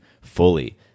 fully